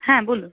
হ্যাঁ বলুন